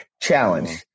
challenge